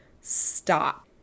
Stop